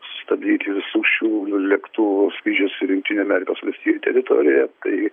sustabdyti visų šių lėktuvų skrydžius jungtinių amerikos valstijų teritorijoje tai